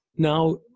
now